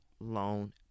loan